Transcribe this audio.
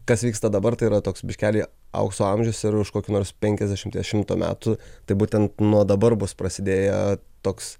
kas vyksta dabar tai yra toks biškeli aukso amžius ir už kokių nors penkiasdešimties šimto metų tai būtent nuo dabar bus prasidėję toks